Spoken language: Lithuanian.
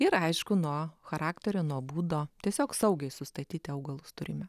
ir aišku nuo charakterio nuo būdo tiesiog saugiai sustatyti augalus turime